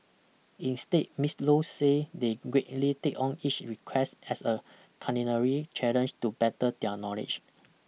instead Miss Low say they greatly take on each request as a culinary challenge to better their knowledge